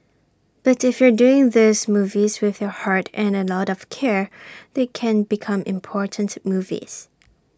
but if you're doing these movies with your heart and A lot of care they can become important movies